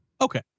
Okay